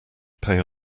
pay